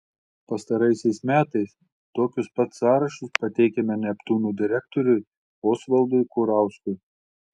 pastaraisiais metais tokius pat sąrašus pateikiame neptūno direktoriui osvaldui kurauskui